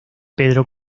pedro